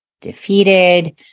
defeated